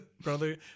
brother